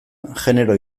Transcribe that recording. genero